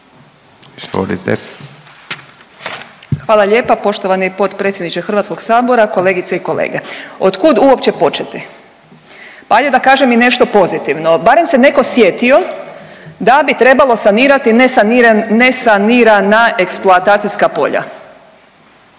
Hvala lijepa poštovani potpredsjedniče Hrvatskog sabora. Od kud uopće početi? Pa ajde da kažem i nešto pozitivno. Barem se netko sjetio da bi trebalo sanirati nesanirana eksploatacijska polja,